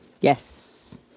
Yes